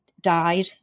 died